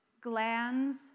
Glands